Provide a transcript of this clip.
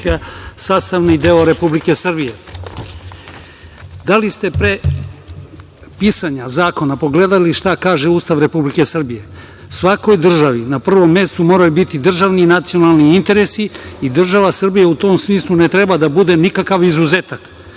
sastavni deo Republike Srbije. Da li ste pre pisanja zakona pogledali šta kaže Ustav Republike Srbije? Svakoj državi na prvom mestu moraju biti državni i nacionalni interesi i država Srbija u tom smislu ne treba da bude nikakav izuzetak. Po